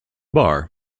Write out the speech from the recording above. bar